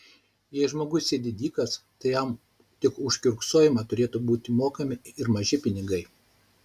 jei žmogus sėdi dykas tai jam tik už kiurksojimą turėtų būti mokami ir maži pinigai